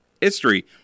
history